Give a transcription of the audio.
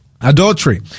adultery